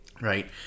Right